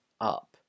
up